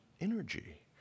energy